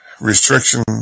restriction